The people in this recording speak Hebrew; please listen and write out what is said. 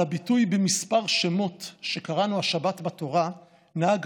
על הביטוי "במספר שמות" שקראנו השבת בתורה נהג